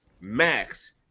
Max